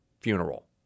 funeral